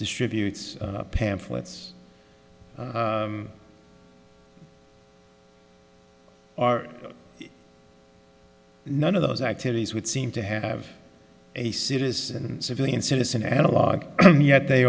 distributes pamphlets are none of those activities would seem to have a citizen civilian citizen analog yet they